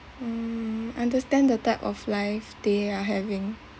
mm understand the type of life they are having